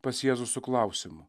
pas jėzų su klausimu